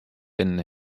enne